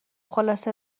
خلاصه